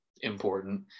important